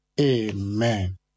Amen